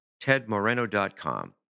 tedmoreno.com